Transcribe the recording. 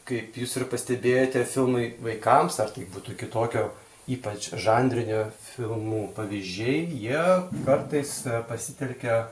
kaip jūs ir pastebėjote filmai vaikams būtų kitokio ypač žanrinio filmų pavyzdžiai jie kartais pasitelkia